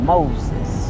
Moses